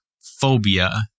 phobia